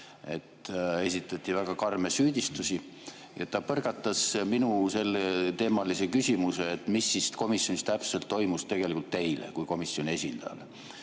Esitati väga karme süüdistusi. Ja ta põrgatas minu selleteemalise küsimuse, mis komisjonis täpselt toimus, tegelikult teile kui komisjoni esindajale.